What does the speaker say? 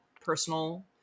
personal